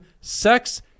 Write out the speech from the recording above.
sex